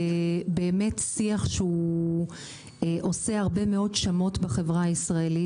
שיח שעושה שמות בחברה הישראלית.